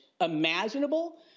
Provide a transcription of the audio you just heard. imaginable